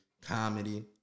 comedy